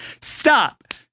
Stop